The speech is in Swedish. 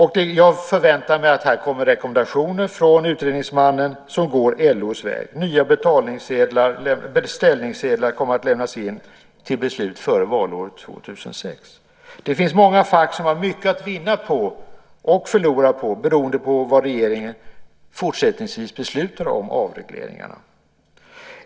Jag förväntar mig att det ska komma rekommendationer från utredningsmannen som går LO:s väg. Nya beställningssedlar kommer att lämnas in till beslut före valåret 2006. Det finns många fack som har lyckats vinna på detta och som kan förlora beroende på vad regeringen fortsättningsvis beslutar om avregleringarna.